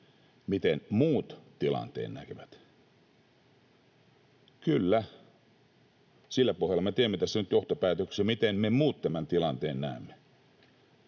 miten muut tilanteen näkevät.” Kyllä, sillä pohjalla me teemme tässä nyt johtopäätöksen, miten me muut tämän tilanteen näemme.